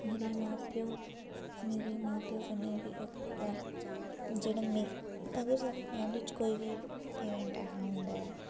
मेरे मां प्यो मेरे मां प्यो कन्नै बी अगर साढी फैमिली च कोई बी इवेंट ऐसा होंदा ऐ